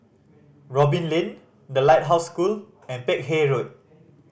Robin Lane The Lighthouse School and Peck Hay Road